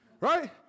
Right